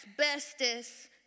asbestos